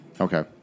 Okay